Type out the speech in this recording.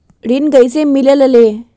ऋण कईसे मिलल ले?